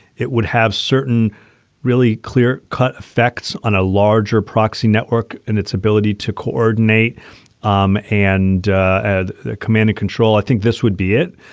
it would have certain really clear cut effects on a larger proxy network and its ability to coordinate um and add the command and control. i think this would be it,